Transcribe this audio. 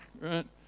right